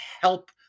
help